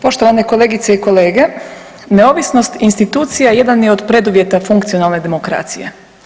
Poštovane kolegice i kolege, neovisnost institucija jedan je od preduvjeta funkcionalne demokracije.